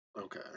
Okay